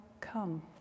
come